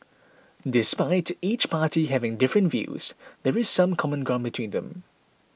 despite each party having different views there is some common ground between them